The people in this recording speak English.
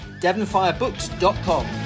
devonfirebooks.com